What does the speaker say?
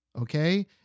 Okay